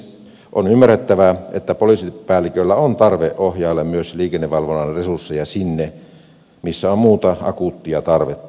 on ymmärrettävää että poliisipäälliköillä on tarve ohjailla myös liikennevalvonnan resursseja sinne missä on muuta akuuttia tarvetta